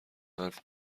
حرف